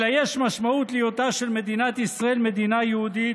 אלא יש משמעות להיותה של מדינת ישראל מדינה יהודית,